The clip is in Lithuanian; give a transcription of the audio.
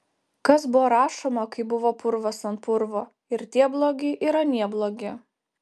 kas buvo rašoma kai buvo purvas ant purvo ir tie blogi ir anie blogi